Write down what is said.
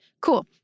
Cool